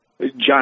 John